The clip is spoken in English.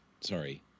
sorry